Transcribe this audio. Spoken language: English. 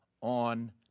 on